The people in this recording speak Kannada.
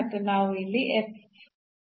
ಆದ್ದರಿಂದ ಇದು ಇಲ್ಲಿ ಆಗಿದೆ